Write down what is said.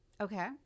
Okay